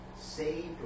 saved